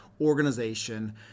organization